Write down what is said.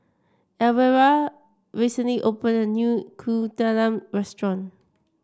Elvira recently opened a new Kuih Talam restaurant